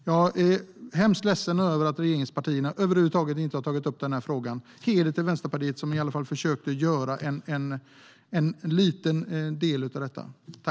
Jag är hemskt ledsen över att regeringspartierna över huvud taget inte har tagit upp den frågan. Heder till Vänsterpartiet, som i alla fall försökte göra en liten del av detta!